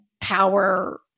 power